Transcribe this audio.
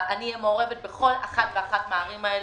אני אהיה מעורבת בכל אחת ואחת מהערים האלה.